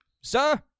sir